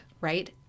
right